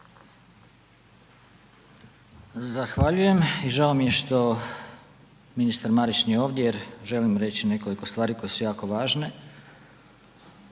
Zahvaljujem. I žao mi je što ministar Marić nije ovdje jer želim reći nekoliko stvari koje su jako važne